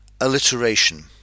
alliteration